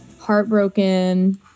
heartbroken